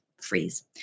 freeze